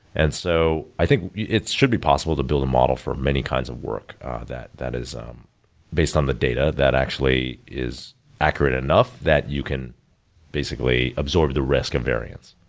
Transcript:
and so i think it should be possible to build a model for many kinds of work that that is um based on the data that actually is accurate enough that you can basically absorb the risk of variance.